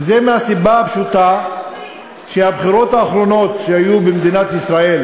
וזה מהסיבה הפשוטה שהבחירות האחרונות שהיו במדינת ישראל